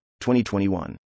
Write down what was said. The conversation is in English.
2021